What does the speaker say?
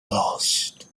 lost